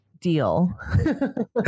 Deal